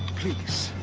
please,